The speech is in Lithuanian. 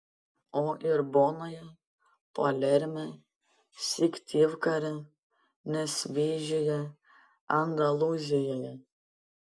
o ir bonoje palerme syktyvkare nesvyžiuje andalūzijoje